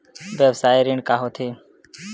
व्यवसाय ऋण का होथे?